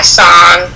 song